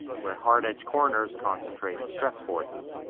where hard edged corners concentrated stress forces.